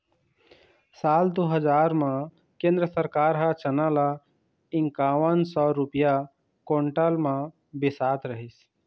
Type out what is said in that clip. साल दू हजार म केंद्र सरकार ह चना ल इंकावन सौ रूपिया कोंटल म बिसात रहिस